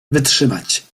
wytrzymać